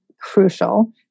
crucial